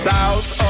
South